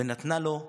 ונתנה לו כמיהתו.